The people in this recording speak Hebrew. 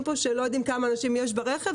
אם הם אומרים כאן שלא יודעים כמה אנשים יש ברכב,